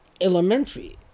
elementary